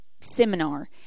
seminar